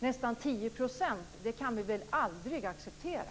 Nästan 10 % kan vi väl aldrig acceptera!